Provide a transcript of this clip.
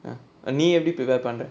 நீ எப்படி:nee eppadi prepare பண்ற:pandra